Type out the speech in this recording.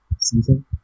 Season